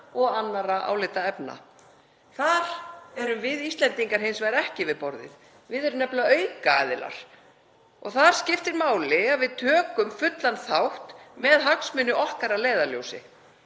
og annarra álitaefna. Þar erum við Íslendingar hins vegar ekki við borðið. Við erum nefnilega aukaaðilar. Þar skiptir máli að við tökum fullan þátt með hagsmuni okkar að leiðarljósi.